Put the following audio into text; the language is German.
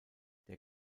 der